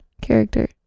character